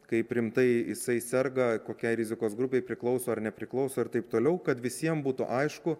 kaip rimtai jisai serga kokiai rizikos grupei priklauso ar nepriklauso ir taip toliau kad visiem būtų aišku